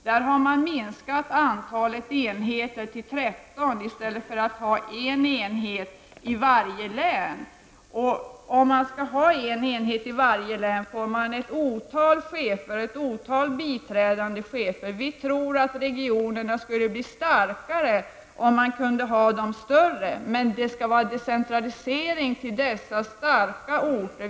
Där han man minskat antalet enheter till 13 i stället för att ha en enhet i varje län. Om man skall ha en enhet i varje län, får man ett otal chefer och ett otal biträdande chefer. Vi tror att regionerna skulle bli starkare om de var större. Men det skall ske en decentralisering till dessa starka orter.